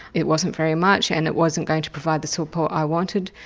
it wasn't very much and it wasn't going to provide the support i wanted.